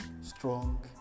strong